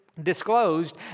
disclosed